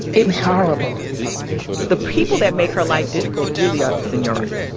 it was horrible the people that make her life difficult really are the seniority.